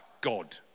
God